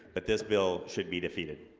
but this bill should be defeated